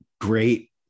great